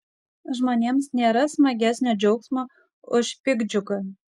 žmonėms nėra smagesnio džiaugsmo už piktdžiugą